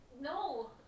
No